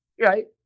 right